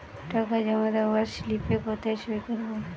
টাকা জমা দেওয়ার স্লিপে কোথায় সই করব?